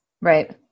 Right